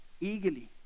Eagerly